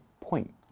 point